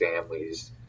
families